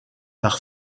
par